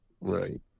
Right